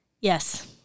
Yes